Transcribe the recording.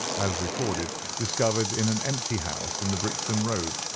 as recorded, discovered in an empty house in the brixton road,